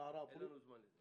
אין לנו זמן לזה.